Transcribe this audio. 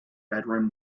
bedroom